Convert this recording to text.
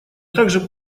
также